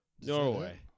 Norway